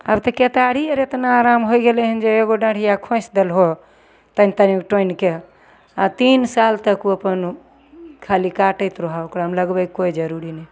अब तऽ केतारी आओर एतना आराम होइ गेलनि हइ जे एगो डारिए खोँसि देलहो तनि तनिगो टोनिके आओर तीन साल तक ओ अपन खाली काटैत रहऽ ओकरामे लगबैके कोइ जरूरी नहि